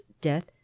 death